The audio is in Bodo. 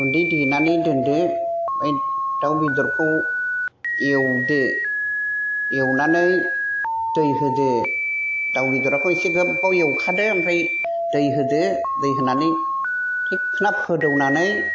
गुन्दै देनानै दोनदो ओमफ्राय दाउ बेदरखौ एवदो एवनानै दै होदो दाउ बेदरखौ एसे गोबाव एवखादो ओमफ्राय दै होदो दै होनानै थिगखोना फोदौनानै